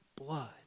blood